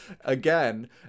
again